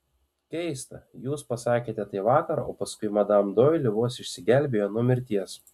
keista jūs pasakėte tai vakar o paskui madam doili vos išsigelbėjo nuo mirties